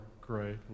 great